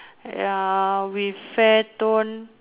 ya with fair tone